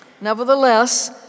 Nevertheless